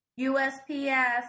USPS